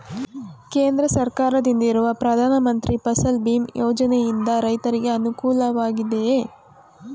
ಕೇಂದ್ರ ಸರ್ಕಾರದಿಂದಿರುವ ಪ್ರಧಾನ ಮಂತ್ರಿ ಫಸಲ್ ಭೀಮ್ ಯೋಜನೆಯಿಂದ ರೈತರಿಗೆ ಅನುಕೂಲವಾಗಿದೆಯೇ?